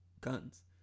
guns